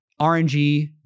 RNG